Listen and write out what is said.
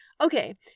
okay